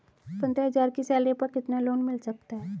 पंद्रह हज़ार की सैलरी पर कितना लोन मिल सकता है?